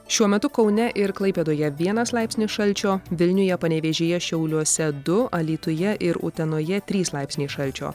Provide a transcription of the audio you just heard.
šiuo metu kaune ir klaipėdoje vienas laipsnį šalčio vilniuje panevėžyje šiauliuose du alytuje ir utenoje trys laipsniai šalčio